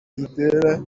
zitera